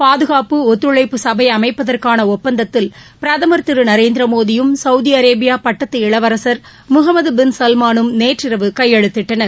பாதுகாப்பு ஒத்துழைப்பு சபை அமைப்பதற்கான ஒப்பந்தத்தில் பிரதமர் திரு நரேந்திர மோடியும் சவுதி அரேபியா பட்டத்து இளவரசர் முகமது பின் சல்மானும் நேற்றிரவு கையெழுத்திட்டனர்